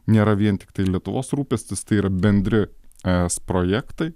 nėra vien tiktai lietuvos rūpestis tai yra bendri es projektai